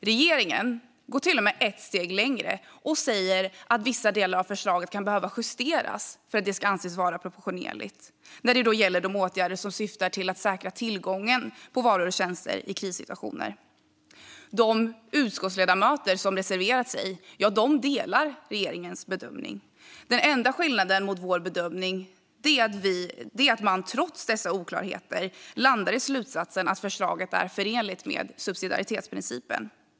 Regeringen går till och med ett steg längre och säger att vissa delar av förslaget kan behöva justeras för att det ska anses vara proportionerligt när det gäller de åtgärder som syftar till att säkra tillgången på varor och tjänster i krissituationer. De utskottsledamöter som har reserverat sig delar regeringens bedömning. Den enda skillnaden mot vår bedömning är att de trots dessa oklarheter landar i slutsatsen att förslaget är förenligt med subsidiaritetsprincipen.